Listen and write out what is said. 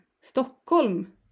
Stockholm